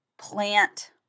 plant